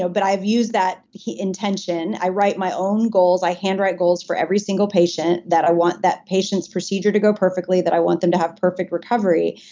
so but i've used that intention, i write my own goals, i hand write goals for every single patient that i want that patient's procedure to go perfectly that i want them to have perfect recovery,